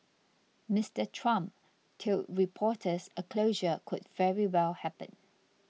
Mister Trump told reporters a closure could very well happen